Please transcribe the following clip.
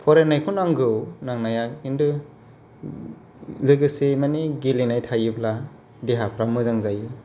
फरायनायखौ नांगौ नांनाया किन्तु लोगोसे मानि गेलेनाय थायोब्ला देहाफ्रा मोजां जायो